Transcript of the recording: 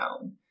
own